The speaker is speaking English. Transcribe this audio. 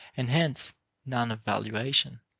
and hence none of valuation.